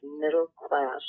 middle-class